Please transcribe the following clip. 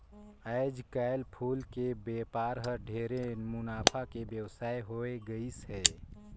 आयज कायल फूल के बेपार हर ढेरे मुनाफा के बेवसाय होवे गईस हे